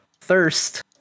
Thirst